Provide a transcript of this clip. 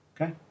Okay